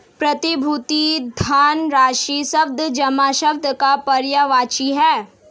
प्रतिभूति धनराशि शब्द जमा शब्द का पर्यायवाची है